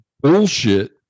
bullshit